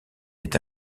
est